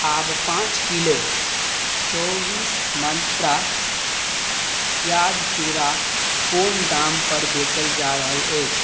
आब पाँच किलो चौबीस मंत्रा प्याज चूड़ा कोन दाम पर बेचल जा रहल अछि